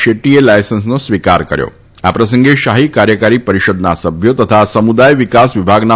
્ટીએ લાયસન્સનો સ્વીકાર કર્યો હતો આ પ્રસંગે શાહી કાર્યકારી પરિષદના સભ્યો તથા સમુદાય વિકાસ વિભાગના